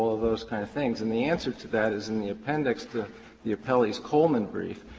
of those kinds of things? and the answer to that is in the appendix to the appellee's coleman brief,